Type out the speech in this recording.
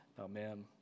Amen